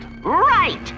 Right